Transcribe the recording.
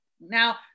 Now